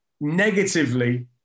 negatively